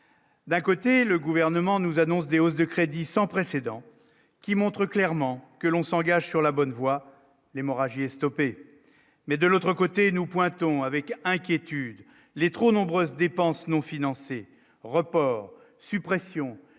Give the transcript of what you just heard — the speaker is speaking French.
D'un côté, le gouvernement nous annonce Des hausses de crédit sans précédent qui montrent clairement que l'on s'engage sur la bonne voie, l'hémorragie est stoppée, mais de l'autre côté, nous pointons avec inquiétude les trop nombreuses dépenses non financées, report suppression